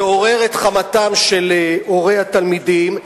שעורר את חמתם של הורי התלמידים,